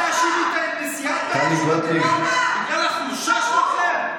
אל תאשימי את נשיאת בית המשפט העליון.